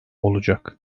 olacak